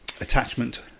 attachment